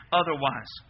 otherwise